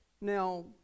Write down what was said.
Now